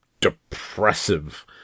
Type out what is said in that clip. depressive